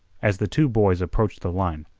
as the two boys approached the line,